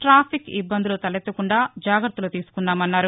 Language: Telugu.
టాఫిక్ ఇబ్బందులు తలెత్తకుండా జాగ్రత్తలు తీసుకుంటున్నామన్నారు